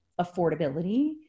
affordability